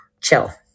chill